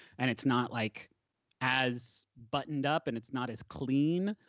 and it's not like as buttoned up, and it's not as clean,